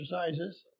exercises